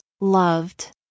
loved